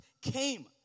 came